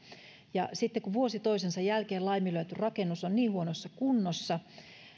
sitten kun vuosi toisensa jälkeen laiminlyöty rakennus on niin huonossa kunnossa